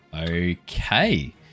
okay